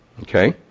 Okay